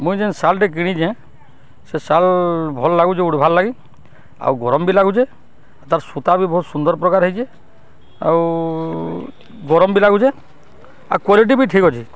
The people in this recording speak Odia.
ମୁଇଁ ଯେନ୍ ଶାଲ୍ଟେ କିଣିଛେଁ ସେ ଶାଲ୍ ଭଲ୍ ଲାଗୁଛେ ଉଢ଼ବାର୍ ଲାଗି ଆଉ ଗରମ୍ ବି ଲାଗୁଛେ ତା'ର୍ ସୁତା ବି ବହୁତ୍ ସୁନ୍ଦର୍ ପ୍ରକାର୍ ହେଇଛେ ଆଉ ଗରମ୍ ବି ଲାଗୁଛେ ଆର୍ କ୍ୱାଲିଟି ବି ଠିକ୍ ଅଛେ